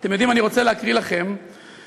אתם יודעים, אני רוצה להקריא לכם מקצת